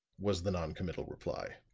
was the non-committal reply.